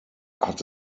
hat